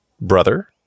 brother